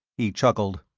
he chuckled.